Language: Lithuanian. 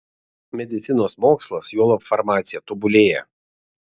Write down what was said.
medicinos mokslas juolab farmacija tobulėja